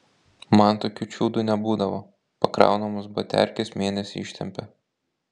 man tokių čiudų nebūdavo pakraunamos baterkės mėnesį ištempia